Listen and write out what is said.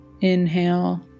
Inhale